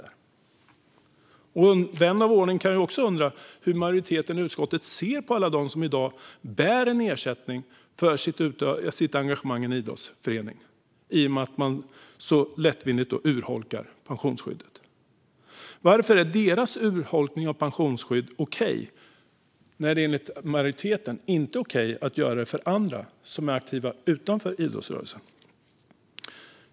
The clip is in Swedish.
Då undrar vän av ordning hur majoriteten i utskottet ser på alla dem som i dag får ersättning för sitt engagemang i idrottsföreningar i och med att de så lättvindigt urholkar sitt pensionsskydd? Varför är deras urholkning av pensionsskyddet okej när det enligt majoriteten inte är okej för aktiva utanför idrottsrörelsen?